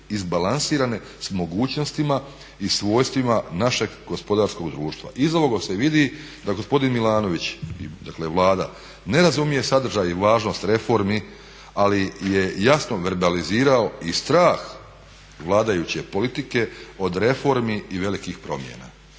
izbalansirane s mogućnostima i svojstvima našeg gospodarskog društva. Iz ovoga se vidi da gospodin Milanović i dakle Vlada ne razumije sadržaj i važnost reformi ali je jasno verbalizirao i strah vladajuće politike od reformi i velikih promjena.